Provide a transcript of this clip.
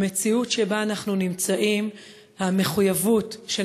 במציאות שבה אנחנו נמצאים המחויבות של